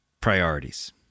priorities